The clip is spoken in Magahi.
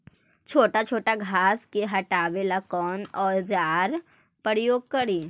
छोटा छोटा घास को हटाबे ला कौन औजार के प्रयोग करि?